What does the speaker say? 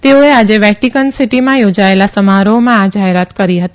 તેઓએ આજે વેટીકન સીટીમાં યોજાયેલા સમારોહમાં આ જાહેરાત કરી હતી